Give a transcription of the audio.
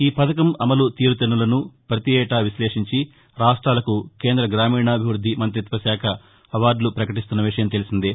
ఈ పథకం అమలుతీరు ను తెన్నులను ప్రతి ఏటా విక్లేషించి రాష్ట్లలకు కేంద్ర గ్రామీణాభివృద్ది మంతిత్వశాఖ అవార్డులు ప్రకటిస్తున్న విషయం తెలిసిందే